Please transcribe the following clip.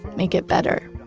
make it better.